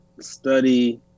study